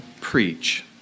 preach